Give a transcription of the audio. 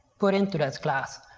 put into this class.